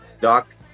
Doc